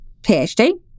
PhD